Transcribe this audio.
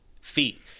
feet